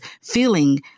feeling